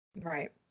right